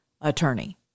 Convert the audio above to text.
attorney